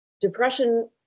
depression